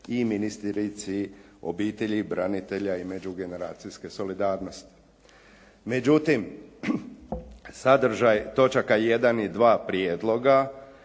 i ministrici obitelji, branitelja i međugeneracijske solidarnosti. Međutim, sadržaj točaka jedan i dva prijedloga